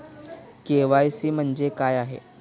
KYC म्हणजे काय आहे?